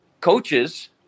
coaches